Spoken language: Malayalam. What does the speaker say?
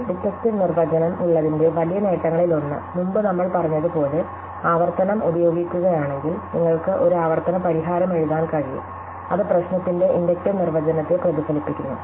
ഒരു ഡിറ്റക്ടീവ് നിർവചനം ഉള്ളതിന്റെ വലിയ നേട്ടങ്ങളിലൊന്ന് മുമ്പ് നമ്മൾ പറഞ്ഞതുപോലെ ആവർത്തനം ഉപയോഗിക്കുകയാണെങ്കിൽ നിങ്ങൾക്ക് ഒരു ആവർത്തന പരിഹാരം എഴുതാൻ കഴിയും അത് പ്രശ്നത്തിന്റെ ഇൻഡക്റ്റീവ് നിർവചനത്തെ പ്രതിഫലിപ്പിക്കുന്നു